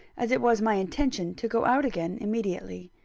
as it was my intention to go out again immediately.